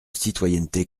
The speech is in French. citoyenneté